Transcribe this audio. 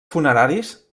funeraris